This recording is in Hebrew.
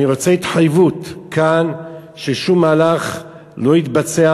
אני רוצה התחייבות כאן ששום מהלך לא יתבצע,